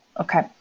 Okay